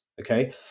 okay